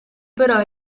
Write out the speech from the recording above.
però